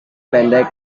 pendek